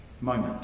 moment